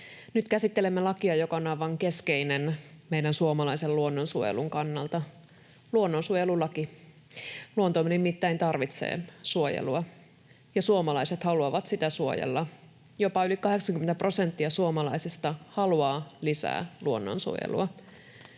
Nyt käsittelemme lakia, joka on aivan keskeinen suomalaisen luonnonsuojelun kannalta, luonnonsuojelulakia. Luontomme nimittäin tarvitsee suojelua, ja suomalaiset haluavat sitä suojella. Jopa yli 80 prosenttia suomalaisista haluaa lisää luonnonsuojelua.